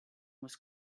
was